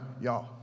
y'all